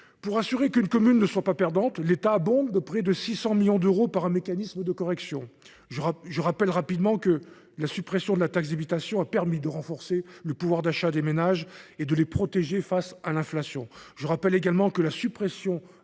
Pour assurer qu’aucune commune ne soit perdante, l’État abonde de près de 600 millions d’euros par an un mécanisme de correction. Je rappelle rapidement que la suppression de la taxe d’habitation a permis de renforcer le pouvoir d’achat des ménages et de les protéger face à l’inflation. Je rappelle également que la suppression